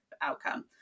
outcome